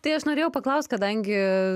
tai aš norėjau paklaust kadangi